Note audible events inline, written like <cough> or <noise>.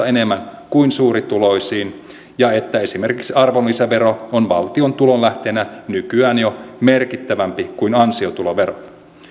<unintelligible> enemmän kuin suurituloisiin ja että esimerkiksi arvonlisävero on valtion tulonlähteenä nykyään jo merkittävämpi kuin ansiotulovero